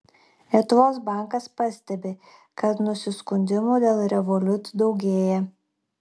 lietuvos bankas pastebi kad nusiskundimų dėl revolut daugėja